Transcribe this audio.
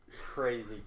Crazy